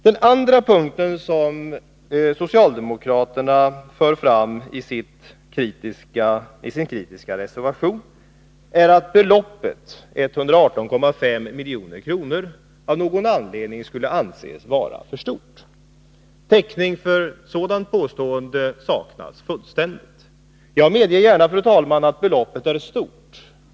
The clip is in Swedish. Den andra punkten som socialdemokraterna för fram i sin kritiska reservation är att beloppet, 118,5 milj.kr., av någon anledning anses vara för stort. Det saknas fullständigt täckning för ett sådant påstående. Jag medger gärna, fru talman, att beloppet är stort.